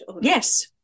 Yes